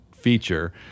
feature